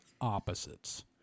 opposites